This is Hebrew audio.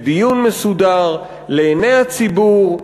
בדיון מסודר, לעיני הציבור,